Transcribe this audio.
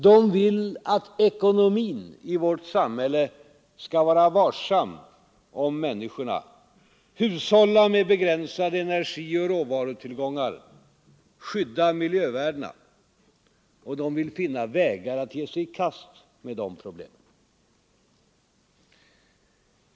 De vill att ekonomin i vårt samhälle skall vara varsam om människorna, hushålla med begränsade energioch råvarutillgångar, skydda miljövärdena. De vill finna vägar att ge sig i kast med dessa problem.